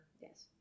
Yes